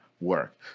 work